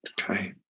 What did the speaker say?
okay